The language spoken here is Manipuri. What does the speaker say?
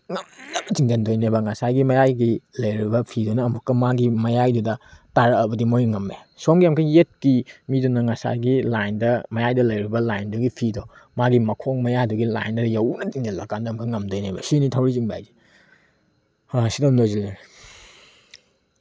ꯉꯝꯅꯕ ꯆꯤꯡꯁꯤꯟꯗꯣꯏꯅꯦꯕ ꯉꯁꯥꯏꯒꯤ ꯃꯌꯥꯏꯒꯤ ꯂꯩꯔꯤꯕ ꯐꯤꯗꯨꯅ ꯑꯃꯛꯀ ꯃꯥꯒꯤ ꯃꯌꯥꯏꯗꯨꯗ ꯇꯥꯔꯛꯂꯕꯗꯤ ꯃꯣꯏꯅ ꯉꯝꯃꯦ ꯁꯣꯝꯒꯤ ꯑꯃꯨꯛꯀ ꯌꯦꯠꯀꯤ ꯃꯤꯗꯨꯅ ꯉꯁꯥꯏꯒꯤ ꯂꯥꯏꯟꯗ ꯃꯌꯥꯏꯗ ꯂꯩꯔꯤꯕ ꯂꯥꯏꯟꯗꯨꯒꯤ ꯐꯤꯗꯣ ꯃꯥꯒꯤ ꯃꯈꯣꯡ ꯃꯌꯥꯗꯨꯒꯤ ꯂꯥꯏꯟꯗ ꯌꯧꯅ ꯆꯤꯡꯁꯤꯜꯂ ꯀꯥꯟꯗ ꯃꯣꯏ ꯉꯝꯗꯣꯏꯅꯦꯕ ꯁꯤꯅꯤ ꯊꯧꯔꯤ ꯆꯤꯡꯕ ꯍꯥꯏꯁꯦ ꯁꯤꯗ ꯑꯗꯨꯝ ꯂꯣꯏꯁꯤꯜꯂꯒꯦ